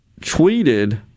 tweeted